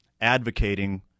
Advocating